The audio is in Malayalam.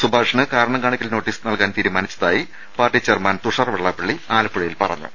സുഭാഷിന് കാരണം കാണിക്കൽ നോട്ടീസ് നൽകാൻ തീരുമാനിച്ചതായി പാർട്ടി ചെയർമാൻ തുഷാർ വെള്ളാപ്പള്ളി ആലപ്പുഴ യിൽ പറഞ്ഞു